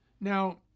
Now